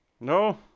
No